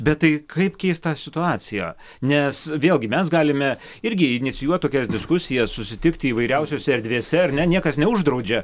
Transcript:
bet tai kaip keist tą situaciją nes vėlgi mes galime irgi inicijuoti tokias diskusijas susitikti įvairiausiose erdvėse ar ne niekas neuždraudžia